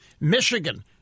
Michigan